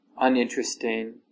uninteresting